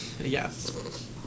Yes